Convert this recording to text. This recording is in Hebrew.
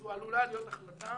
זו עלולה להיות החלטה